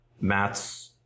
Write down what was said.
Matt's